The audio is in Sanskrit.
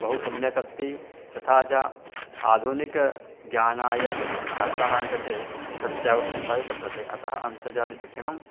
बहु सम्यक् अस्ति तथा च आधुनिकज्ञानाय छात्राणां कृते तस्य आवश्यकतापि वर्तते अतः अन्तर्जालीयं शिक्षणं